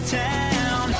town